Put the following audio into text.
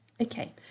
Okay